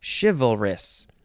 Chivalrous